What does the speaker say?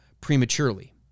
prematurely